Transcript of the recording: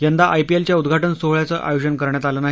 यंदा आयपीएलच्या उद्घाटन सोहळ्याचं आयोजन करण्यात आलं नाही